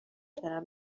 دارم